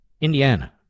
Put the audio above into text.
Indiana